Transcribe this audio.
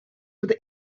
with